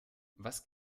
was